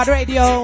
radio